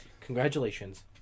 Congratulations